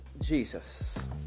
Jesus